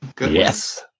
Yes